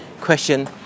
question